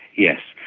yes,